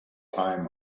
time